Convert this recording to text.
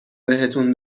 بهتون